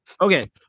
Okay